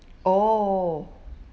oh